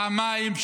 פעמיים,